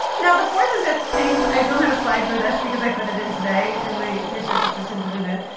now the fourth and fifth things, i don't have a slide with this because i put it in today and my research assistant put it in.